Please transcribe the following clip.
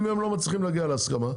אם הם לא מצליחים להגיע למסקנה,